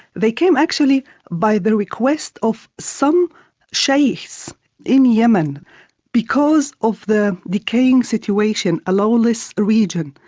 they came actually by the request of some sherrifs in yemen because of the decaying situation a lawless region,